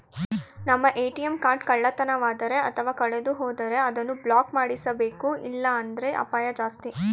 ನಮ್ಮ ATM card ಕಳ್ಳತನವಾದರೆ ಅಥವಾ ಕಳೆದುಹೋದರೆ ಅದನ್ನು ಬ್ಲಾಕ್ ಮಾಡಿಸಬೇಕು ಇಲ್ಲಾಂದ್ರೆ ಅಪಾಯ ಜಾಸ್ತಿ